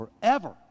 forever